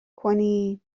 کنین